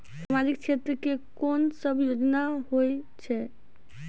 समाजिक क्षेत्र के कोन सब योजना होय छै?